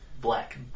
black